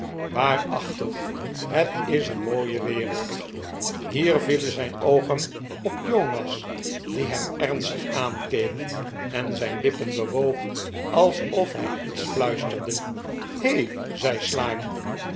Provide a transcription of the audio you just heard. waarachtig het is een mooie wereld hier vielen zijn oogen op jonas die hem ernstig aankeek en zijn lippen bewoog alsof hij iets fluisterde he zei slyme